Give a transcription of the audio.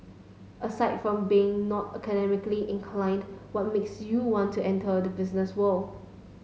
aside from being not academically inclined what makes you want to enter the business world